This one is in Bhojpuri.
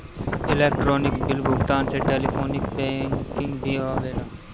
इलेक्ट्रोनिक बिल भुगतान में टेलीफोनिक बैंकिंग भी आवेला